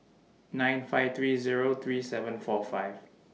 nine five three Zero three seven four five